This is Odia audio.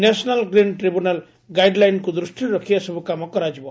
ନ୍ୟାସନାଲ ଗ୍ରୀନ ଟ୍ରିବ୍ୟୁନାଲ ଗାଇଡ୍ଲାଇନକୁ ଦୃଷ୍ଟିରେ ରଖ୍ ଏସବୁ କାମ କରାଯିବ